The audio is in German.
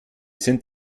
sind